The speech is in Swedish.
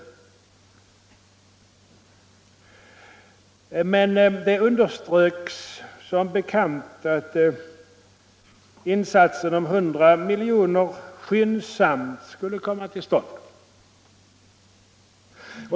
Men det underströks som bekant att en sådan insats skyndsamt skulle göras.